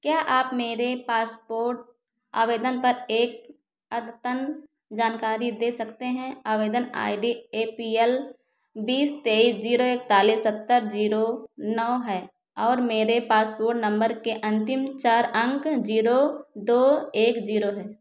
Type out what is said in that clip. क्या आप मेरे पासपोर्ट आवेदन पर एक अद्यतन जानकारी दे सकते हैं आवेदन I D A P L बीस तेईस जीरो एकतालीस सत्तर जीरो नौ है और मेरे पासपोर्ट नम्बर के अंतिम चार अंक जीरो दो एक जीरो है